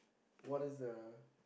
what is the